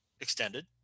extended